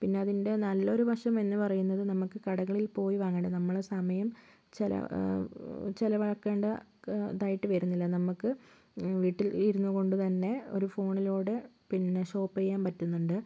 പിന്നെ അതിൻ്റെ നല്ലൊരു വശം എന്നു പറയുന്നത് നമുക്ക് കടകളിൽ പോയി വാങ്ങണ്ട നമ്മുടെ സമയം ചില ചിലവാക്കേണ്ട ക ഇതായിട്ട് വരുന്നില്ല നമുക്ക് വീട്ടിൽ ഇരുന്നുകൊണ്ട് തന്നെ ഒരു ഫോണിലൂടെ പിന്നെ ഷോപ്പ് ചെയ്യാൻ പറ്റുന്നുണ്ട്